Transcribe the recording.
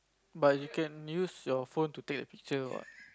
but you can use your phone to take a picture what